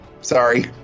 Sorry